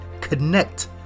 connect